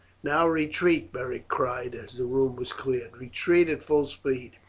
now retreat! beric cried as the room was cleared retreat at full speed.